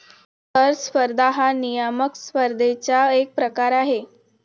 कर स्पर्धा हा नियामक स्पर्धेचा एक प्रकार आहे